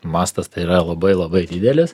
mastas yra labai labai didelis